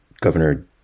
Governor